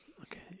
Okay